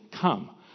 come